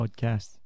podcast